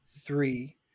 three